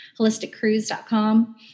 HolisticCruise.com